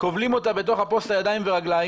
כובלים אותה בתוך הפוסטה ידיים ורגליים,